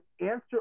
answer